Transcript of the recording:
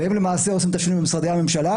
והם למעשה עושים את השינוי במשרדי הממשלה.